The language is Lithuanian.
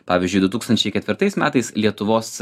pavyzdžiui du tūkstančiai ketvirtais metais lietuvos